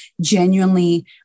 genuinely